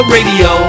Radio